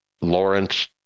Lawrence